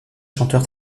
chanteur